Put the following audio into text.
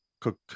cook